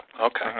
okay